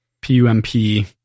P-U-M-P